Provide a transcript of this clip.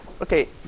Okay